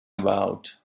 about